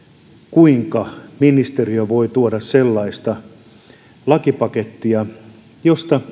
kuinka ministeriö voi tuoda sellaisen lakipaketin josta